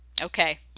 okay